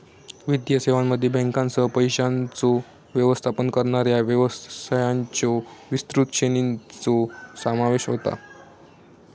वित्तीय सेवांमध्ये बँकांसह, पैशांचो व्यवस्थापन करणाऱ्या व्यवसायांच्यो विस्तृत श्रेणीचो समावेश होता